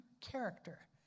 character